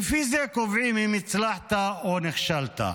לפי זה קובעים אם הצלחת או נכשלת.